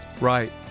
Right